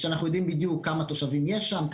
שאנחנו יודעים בדיוק כמה תושבים יש שם,